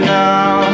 now